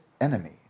enemy